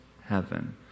heaven